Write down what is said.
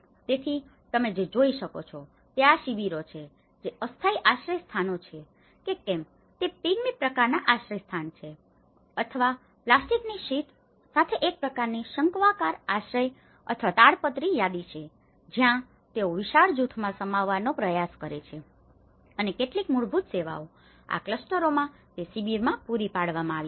તેથી તમે જે જોઈ શકો છો તે આ શિબિરો છે જે અસ્થાયી આશ્રયસ્થાનો છે કે કેમ કે તે પિગ્મી પ્રકારનાં આશ્રયસ્થાનો છે અથવા પ્લાસ્ટિકની શીટ સાથે એક પ્રકારની શંક્વાકાર આશ્રય અથવા તાડપત્રી ચાદીઓ છે જ્યાં તેઓ વિશાળ જૂથોમાં સમાવવાનો પ્રયાસ કરે છે અને કેટલીક મૂળભૂત સેવાઓ આ ક્લસ્ટરોમાં તે શિબિરમાં પૂરી પાડવામાં આવી છે